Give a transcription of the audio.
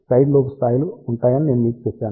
side lobe స్థాయిలు ఉంటాయని నేను మీకు చెప్పాను